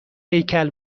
هیکل